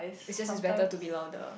it's just it's better to be louder